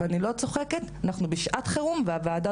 ואנחנו צריכות אותך ואנחנו צריכות את כל חברות וחברי הכנסת שכאן ושהלכו,